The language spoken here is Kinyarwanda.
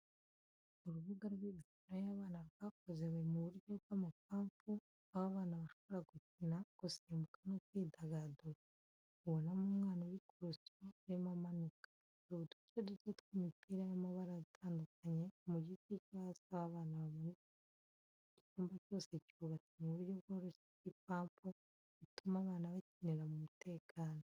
Urubuga rw’imikino y’abana rwakozwe mu buryo bw’amapampu , aho abana bashobora gukina, gusimbuka no kwidagadura. Ubonamo umwana uri ku rusyo, arimo amanuka. hari uduce duto tw’imipira y’amabara atandukanye mu gice cyo hasi aho abana bamanukira. Icyumba cyose cyubatse mu buryo bworoshye bw’ipampu, butuma abana bakinira mu mutekano.